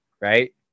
Right